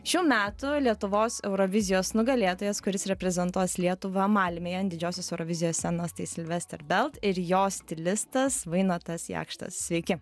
šių metų lietuvos eurovizijos nugalėtojas kuris reprezentuos lietuvą malmėje ant didžiosios eurovizijos scenos tai silvester belt ir jo stilistas vainotas jakštas sveiki